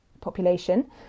population